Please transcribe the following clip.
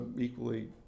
equally